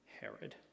Herod